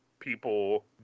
people